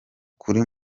kuri